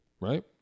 right